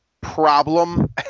problem